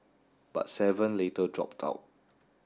but seven later dropped out